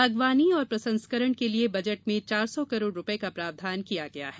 बागवानी और प्रसंस्करण के लिए बजट में चार सौ करोड़ रुपये का प्रावधान किया गया है